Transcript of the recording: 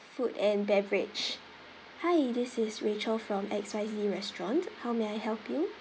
food and beverage hi this is rachel from X Y Z restaurant how may I help you